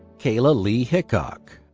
kaylah leigh hicok.